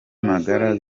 magara